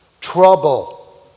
Trouble